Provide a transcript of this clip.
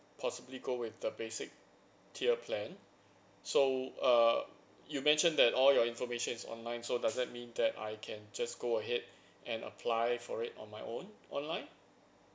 possibly go with the basic tier plan so err you mentioned that all your information is online so does that mean that I can just go ahead and apply for it on my own online